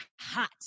hot